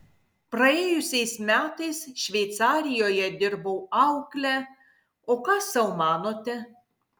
praėjusiais metais šveicarijoje dirbau aukle o ką sau manote